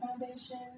Foundation